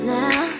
now